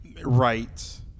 Right